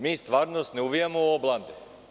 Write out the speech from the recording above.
Mi stvarnost ne uvijamo u oblande.